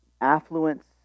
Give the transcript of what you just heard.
Affluence